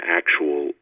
actual